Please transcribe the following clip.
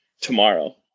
tomorrow